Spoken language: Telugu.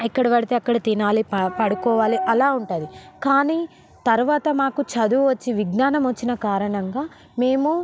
ఎక్కడబడితే అక్కడ తినాలి పా పడుకోవాలి అలా ఉంటుంది కానీ తర్వాత మాకు చదువు వచ్చి విజ్ఞానం వచ్చిన కారణంగా మేము